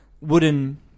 wooden